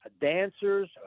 dancers